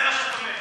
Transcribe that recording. זה מה שאת אומרת.